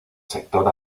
sector